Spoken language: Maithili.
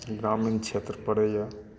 ग्रामीण क्षेत्र परैया